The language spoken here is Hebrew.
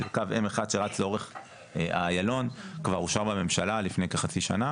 קו M1 שרץ לאורך האיילון כבר אושר בממשלה לפני כחצי שנה